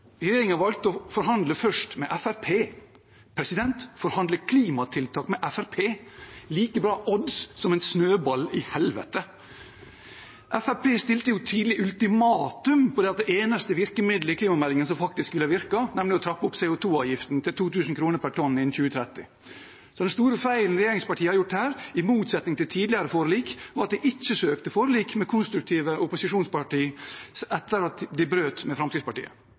valgte først å forhandle med Fremskrittspartiet. Å forhandle klimatiltak med Fremskrittspartiet har like gode odds for å lykkes som en snøball i helvete. Fremskrittspartiet stilte tidlig ultimatum mot det eneste virkemiddelet i klimameldingen som faktisk ville ha virket, nemlig å trappe opp CO 2 -avgiften til 2 000 kr per tonn innen 2030. Så den store feilen regjeringspartiene har gjort her, i motsetning til tidligere forlik, var at de ikke søkte forlik med konstruktive opposisjonspartier etter at de brøt med Fremskrittspartiet.